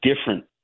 different